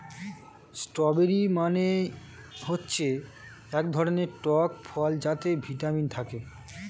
strawberry মানে হচ্ছে এক ধরনের টক ফল যাতে ভিটামিন থাকে